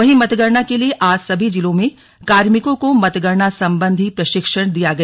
वहीं मतगणना के लिए आज सभी जिलो में कार्मिकों को मतगणना संबंधी प्रशिक्षण दिया गया